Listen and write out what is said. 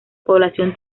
población